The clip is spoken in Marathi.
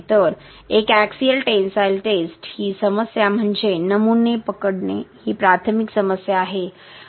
तर एक एक्सिअल टेन्साईल टेस्ट ही समस्या म्हणजे नमुने पकडणे ही प्राथमिक समस्या आहे